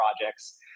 projects